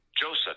Joseph